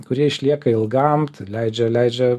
kurie išlieka ilgam tai leidžia leidžia